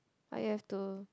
I have to